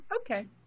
Okay